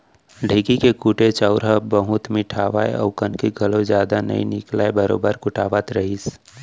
ढेंकी के कुटे चाँउर ह बहुत मिठाय अउ कनकी घलौ जदा नइ निकलय बरोबर कुटावत रहिस